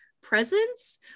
presence